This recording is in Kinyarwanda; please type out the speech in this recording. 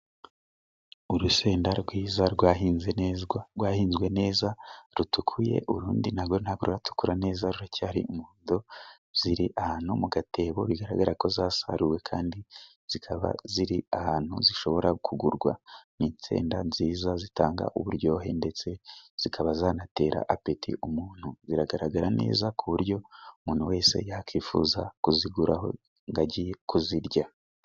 Urusenda rwiza rwahinzwe neza, rwahinzwe neza, rutukuye, urundi narwo ntabwo ruratukura neza ruracyari umuhondo. Ziri ahantu mu gatebo bigaragara ko zasaruwe kandi zikaba ziri ahantu zishobora kugurwa ni insenda nziza zitanga uburyohe ndetse zikaba zanatera apeti umuntu. Zigaragara neza ku buryo umuntu wese yakwifuza kuziguraho ngo ajye kuzirya.